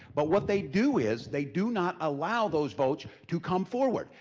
but what they do is, they do not allow those votes to come forward.